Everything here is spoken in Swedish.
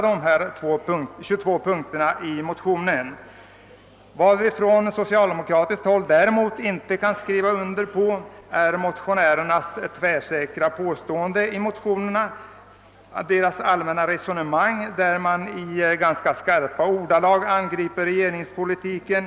Men vad vi från socialdemokratin däremot inte vill skriva under på är motionärernas tvärsäkra påståenden och allmänna resonemang, där de i ganska skarpa ordalag angriper regeringspolitiken.